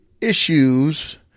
issues